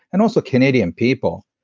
and also canadian people.